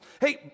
Hey